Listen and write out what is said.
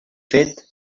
fet